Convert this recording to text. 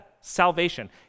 salvation